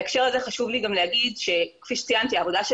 בהקשר הזה חשוב לי גם להגיד שכפי שציינתי העבודה של